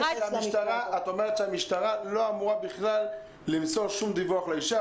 כלומר את אומרת שהמשטרה לא אמורה בכלל למסור שום דיווח לאישה,